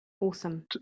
Awesome